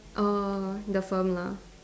err the firm lah